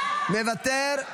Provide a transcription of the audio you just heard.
מוותר.